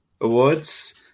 awards